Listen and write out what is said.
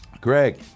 Greg